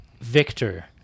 Victor